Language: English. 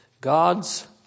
God's